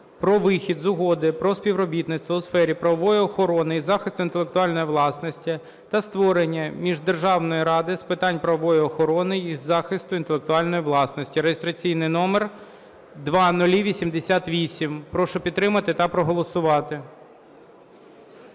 про вихід з Угоди про співробітництво у сфері правової охорони й захисту інтелектуальної власності та створення Міждержавної ради з питань правової охорони й захисту інтелектуальної власності (реєстраційний номер 0088). Прошу підтримати та проголосувати.